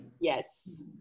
yes